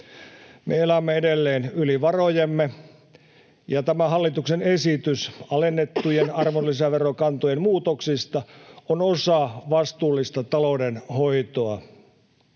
Me elämme edelleen yli varojemme, ja tämä hallituksen esitys alennettujen arvonlisäverokantojen muutoksista on osa vastuullista taloudenhoitoa.